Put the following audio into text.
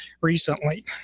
recently